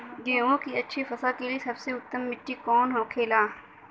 गेहूँ की अच्छी फसल के लिए सबसे उत्तम मिट्टी कौन होखे ला?